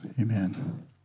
Amen